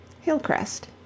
Hillcrest